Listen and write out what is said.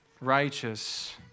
righteous